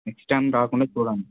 next time రాకుండా చూడండి